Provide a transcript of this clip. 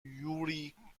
یوری